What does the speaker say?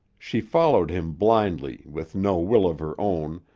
she followed him blindly with no will of her own,